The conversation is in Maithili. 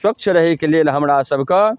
स्वच्छ रहैके लेल हमरा सभके